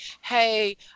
hey